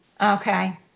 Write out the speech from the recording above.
Okay